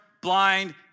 blind